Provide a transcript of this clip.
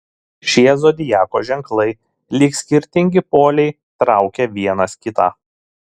šie zodiako ženklai lyg skirtingi poliai traukia vienas kitą